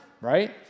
right